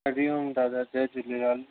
हरि ओम दादा जय झूलेलाल